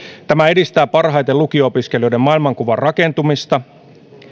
tämä edistää parhaiten lukio opiskelijoiden maailmankuvan rakentumista